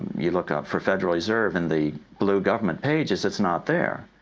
you look up for federal reserve and the blue government pages. it's not there.